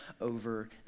over